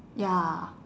ya